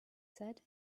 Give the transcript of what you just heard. said